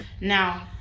Now